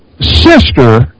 sister